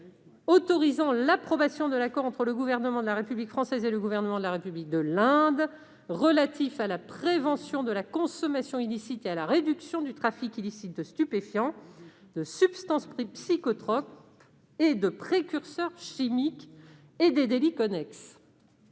autorisant l'approbation de l'accord entre le Gouvernement de la République française et le Gouvernement de la République de l'Inde relatif à la prévention de la consommation illicite et à la réduction du trafic illicite de stupéfiants, de substances psychotropes et de précurseurs chimiques, et des délits connexes